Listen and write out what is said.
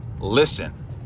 listen